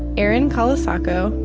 erin colasacco,